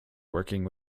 working